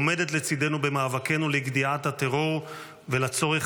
עומדת לצידנו במאבקנו לגדיעת הטרור ולצורך